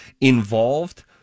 involved